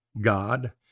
God